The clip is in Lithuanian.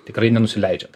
tikrai nenusileidžia